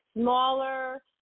smaller